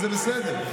וזה בסדר.